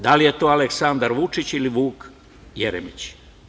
Da li je to Aleksandar Vučić ili Vuk Jeremić?